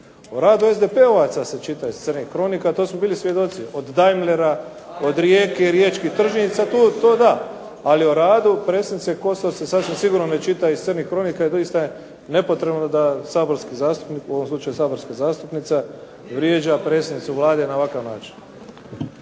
O radu SDP-ovaca se čita iz crnih kronika, a to su bili svjedoci, od Daimlera, od Rijeke, riječkih tržnica, tu, to da, ali o radu predsjednice Kosor se sasvim sigurno ne čita iz crnih kronika i doista je nepotrebno da saborski zastupnik, u ovom slučaju saborska zastupnica vrijeđa predsjednicu Vlade na ovakav način.